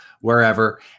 wherever